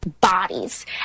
bodies